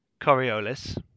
Coriolis